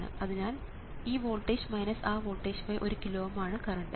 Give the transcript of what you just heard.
അതിനാൽ ഈ വോൾട്ടേജ് ആ വോൾട്ടേജ് 1 കിലോ Ω ആണ് കറണ്ട്